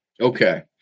Okay